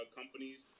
companies